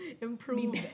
improve